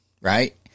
Right